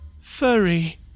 furry